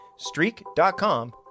streak.com